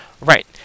Right